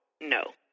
No